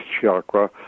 chakra